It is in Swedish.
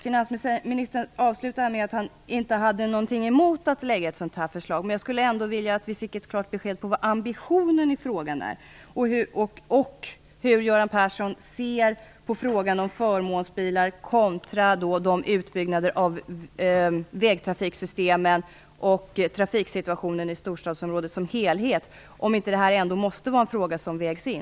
Finansministern avslutade med att säga att han inte hade något emot att lägga fram ett sådant här förslag. Jag skulle ändå önska att vi fick ett klart besked om vilken ambitionen i frågan är och hur Göran Persson ser på frågan om förmånsbilar kontra utbyggnader av vägtrafiksystem och trafiksituationen i storstadsområdet som helhet. Måste inte den här frågan ändå vägas in?